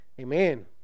Amen